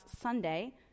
Sunday